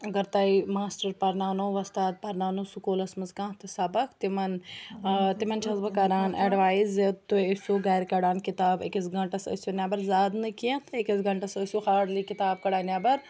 اگر تۄہہِ ماسٹَر پَرناونو وۄستاد پَرناونو سکوٗلَس منٛز کانٛہہ تہِ سبق تِمَن تِمَن چھَس بہٕ کَران ایٚڈوایز زِ تُہۍ ٲسِو گَر کَڑان کِتابہٕ أکِس گٲنٹَس ٲسِو نیٚبَر زیادٕ نہٕ کینٛہہ تہٕ أکِس گنٛٛٹَس ٲسِو ہاڈلی کِتاب کَڑان نٮ۪بر